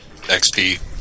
XP